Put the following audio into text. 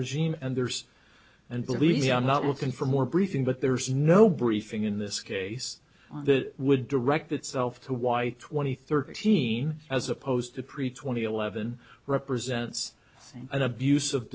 regime and there's and believe me i'm not looking for more briefing but there's no briefing in this case that would direct itself to why twenty thirteen as opposed to preach twenty eleven represents an abuse of